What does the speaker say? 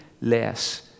less